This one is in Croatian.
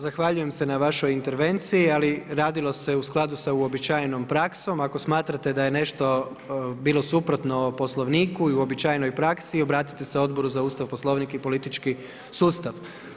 Zahvaljujem se na vašoj intervenciji ali radilo se u skladu sa uobičajenom praksom, ako smatrate da je nešto bilo suprotno Poslovniku i uobičajenoj praksi, obratite se Odboru za Ustav, Poslovnik i politički sustav.